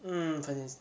mm